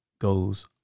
goes